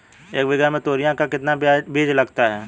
एक बीघा में तोरियां का कितना बीज लगता है?